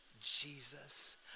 jesus